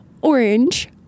orange